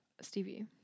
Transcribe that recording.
Stevie